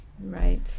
right